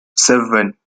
seven